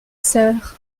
sœur